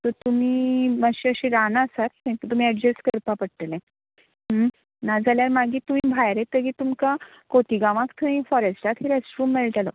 तर तुमी मातशी अशी रानां आसा तर तुमी एडजेस्ट करपाक पडटलें ना जाल्यार मागीर तुमी भायर येतगीर तुमकां खोतीगांवाक थंय फोरेस्टांत रेस्ट रूम मेळटलो